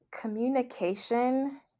Communication